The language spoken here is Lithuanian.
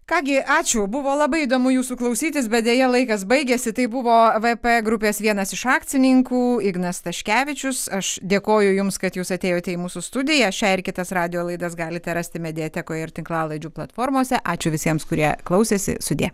ką gi ačiū buvo labai įdomu jūsų klausytis bet deja laikas baigėsi tai buvo vp grupės vienas iš akcininkų ignas staškevičius aš dėkoju jums kad jūs atėjote į mūsų studiją šią ir kitas radijo laidas galite rasti mediatekoje ir tinklalaidžių platformose ačiū visiems kurie klausėsi sudie